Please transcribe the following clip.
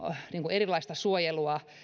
erilaista suojelua